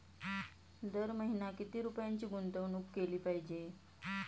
दर महिना किती रुपयांची गुंतवणूक केली पाहिजे?